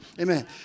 Amen